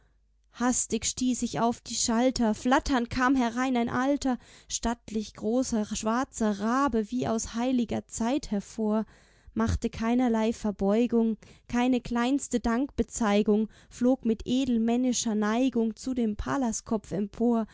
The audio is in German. hastig stieß ich auf die schalter flatternd kam herein ein alter stattlich großer schwarzer rabe wie aus heiliger zeit hervor machte keinerlei verbeugung keine kleinste dankbezeigung flog mit edelmännischer neigung zu dem pallaskopf empor